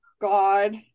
god